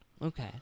Okay